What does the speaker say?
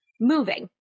Moving